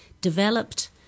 developed